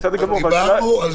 דיברנו על